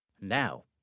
Now